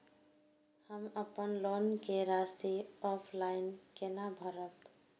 हम अपन लोन के राशि ऑफलाइन केना भरब?